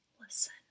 Listen